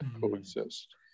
coexist